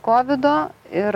kovido ir